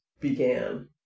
began